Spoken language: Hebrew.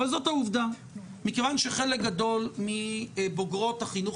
אבל זאת העובדה מכיוון שחלק גדול מבוגרות החינוך